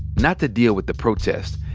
not to deal with the protests,